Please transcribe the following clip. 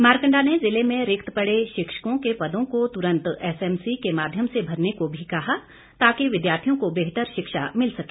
मारकंडा ने जिले में रिक्त पड़े शिक्षकों के पदों को तुरंत एसएमसी के माध्यम से भरने को भी कहा ताकि विद्यार्थियों को बेहतर शिक्षा मिल सके